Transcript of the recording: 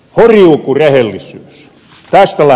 tästä lähetähä liikkeelle